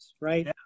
right